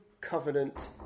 covenant